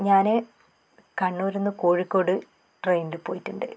ഞാൻ കണ്ണൂരിൽ നിന്ന് കോഴിക്കോട് ട്രെയിനിൽ പോയിട്ടുണ്ട്